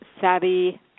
savvy